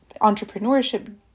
entrepreneurship